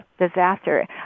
disaster